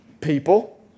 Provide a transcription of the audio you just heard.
People